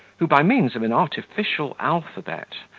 who, by means of an artificial alphabet,